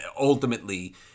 ultimately